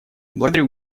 благодарю